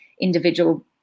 individual